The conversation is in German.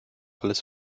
alles